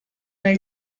nel